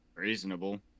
reasonable